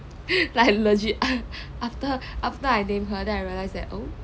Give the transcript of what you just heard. like legit after after I name her then I realized like oh